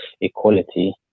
equality